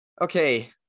Okay